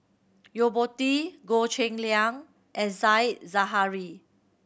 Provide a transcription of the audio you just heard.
Yo Po Tee Goh Cheng Liang and Said Zahari